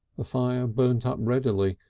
the fire burnt up readily,